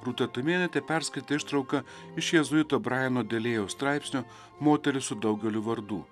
rūta tumėnaitė perskaitė ištrauką iš jėzuito brajeno delėjaus straipsnio moteris su daugeliu vardų